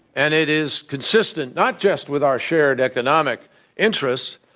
and it is consistent not just with our shared economic interests,